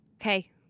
Okay